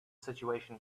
situation